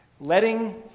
Letting